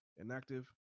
Inactive